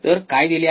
तर काय दिले आहे